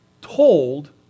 told